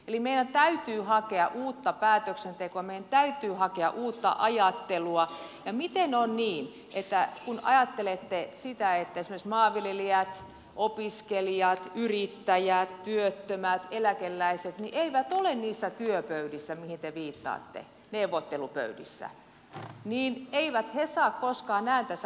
eli meidän täytyy hakea uutta päätöksentekoa meidän täytyy hakea uutta ajattelua ja kun ajattelette että esimerkiksi maanviljelijät opiskelijat yrittäjät työttömät eläkeläiset eivät ole niissä neuvottelupöydissä mihin te viittaatte niin eivät he saa koskaan ääntänsä kuuluville